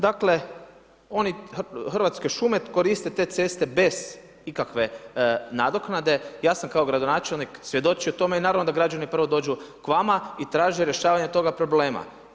Dakle Hrvatske šume koriste te ceste bez ikakve nadoknade i ja sam kao gradonačelnik svjedočio tome i naravno da građani prvo dođu k vama i traže rješavanja toga problema.